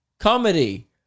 Comedy